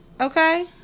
Okay